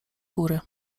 góry